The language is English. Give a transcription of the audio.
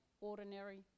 ordinary